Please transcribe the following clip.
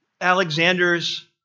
Alexander's